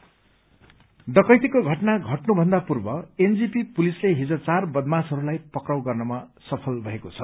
arrest डकैतीको घटना घटनुभन्दा पूर्व एनजेपी पुलिसले हिज चार बदमाशहरूलाई पक्राउ गर्नमा सफल भएको छ